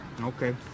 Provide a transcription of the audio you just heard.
Okay